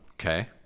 Okay